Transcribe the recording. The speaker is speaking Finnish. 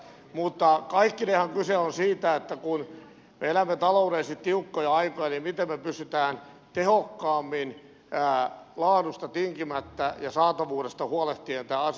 mutta kaikkineenhan kyse on siitä kun me elämme taloudellisesti tiukkoja aikoja miten me pystymme tehokkaammin laadusta tinkimättä ja saatavuudesta huolehtien tämän asian ratkaisemaan